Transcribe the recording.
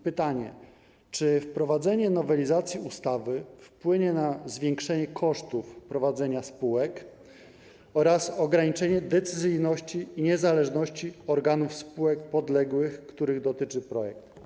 Pytanie, czy wprowadzenie nowelizacji ustawy wpłynie na zwiększenie kosztów prowadzenia spółek oraz ograniczenie decyzyjności i niezależności organów spółek podległych, których dotyczy projekt.